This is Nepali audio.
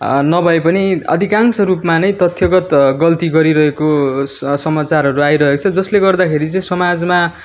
नभए पनि अधिकांश रूपमा नै तथ्यगत गल्ती गरिरहेकोको समाचारहरू आइरहेको छ जसले गर्दाखेरि चाहिँ समाजमा